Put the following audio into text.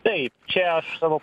taip čia aš savo